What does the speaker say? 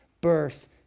birth